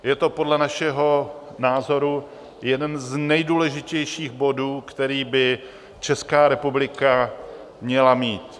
Je to podle našeho názoru jeden z nejdůležitějších bodů, který by Česká republika měla mít.